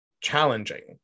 challenging